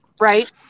Right